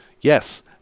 Yes